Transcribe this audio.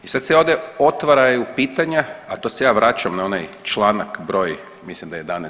I sad se ovdje otvaraju pitanja, a to se ja vraćam na onaj članak broj, mislim da je 11.